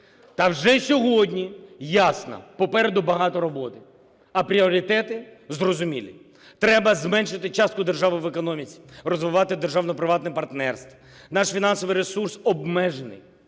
Та вже сьогодні ясно - попереду багато роботи, а пріоритети зрозумілі: треба зменшити частку держави в економіці, розвивати державно-приватне партнерство. Наш фінансовий ресурс обмежений.